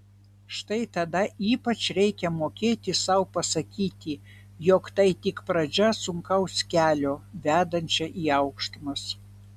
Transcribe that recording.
štai tada ypač reikia mokėti sau pasakyti jog tai tik pradžia sunkaus kelio vedančio į aukštumas